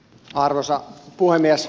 arvoisa puhemies